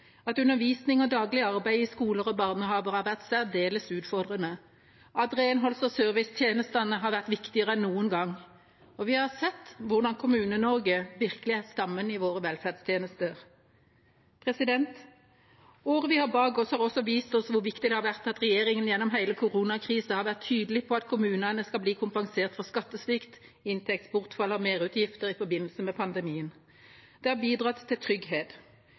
at undervisning og daglig arbeid i skoler og barnehager har vært særdeles utfordrende, og at renholds- og servicetjenestene har vært viktigere enn noen gang. Vi har sett hvordan Kommune-Norge virkelig er stammen i våre velferdstjenester. Året vi har bak oss, har også vist oss hvor viktig det har vært at regjeringa gjennom hele koronakrisen har vært tydelig på at kommunene skal bli kompensert for skattesvikt, inntektsbortfall og merutgifter i forbindelse med pandemien. Det har bidratt til trygghet.